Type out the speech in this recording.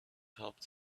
helped